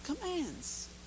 commands